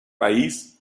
país